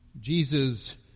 Jesus